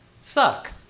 suck